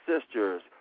sisters